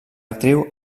actriu